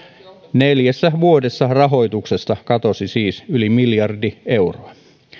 neljässä vuodessa rahoituksesta katosi siis yli miljardi euroa